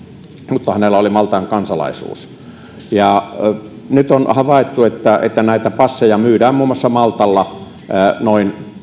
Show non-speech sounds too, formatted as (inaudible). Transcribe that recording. mutta hänellä oli maltan kansalaisuus nyt on havaittu että että näitä passeja myydään muun muassa maltalla noin (unintelligible)